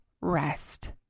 rest